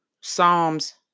Psalms